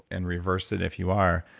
and reverse it if you are.